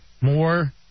More